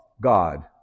God